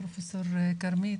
פרופ' כרמית,